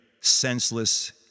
senseless